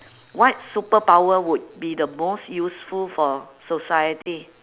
what superpower would be the most useful for society